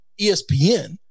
ESPN